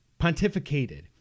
pontificated